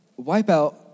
Wipeout